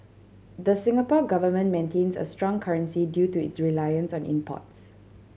the Singapore Government maintains a strong currency due to its reliance on imports